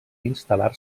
instal·lar